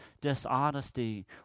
dishonesty